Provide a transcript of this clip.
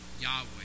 Yahweh